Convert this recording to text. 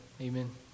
Amen